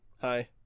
Hi